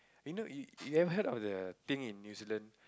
you know you you have heard of the thing in New-Zealand